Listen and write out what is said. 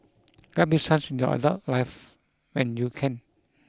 grab this chance in your adult life when you can